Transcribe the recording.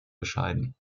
bescheiden